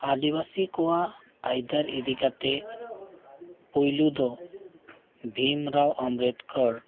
ᱟᱹᱫᱤᱵᱟᱹᱥᱤ ᱠᱚᱣᱟᱜ ᱟᱹᱭᱫᱟᱹᱨ ᱤᱫᱤ ᱠᱟᱛᱮᱫ ᱯᱳᱭᱞᱳ ᱫᱚ ᱵᱷᱤᱢ ᱨᱟᱣ ᱟᱢᱵᱮᱫᱽᱠᱚᱨ